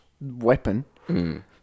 weapon